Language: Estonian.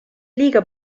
liiga